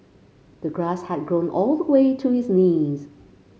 the grass had grown all the way to his knees